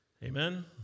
Amen